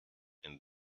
and